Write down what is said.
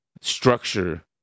structure